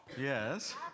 yes